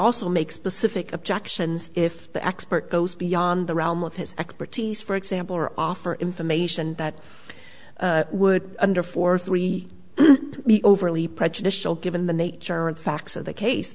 also make specific objections if the expert goes beyond the realm of his expertise for example or offer information that would under four three overly prejudicial given the nature and facts of the case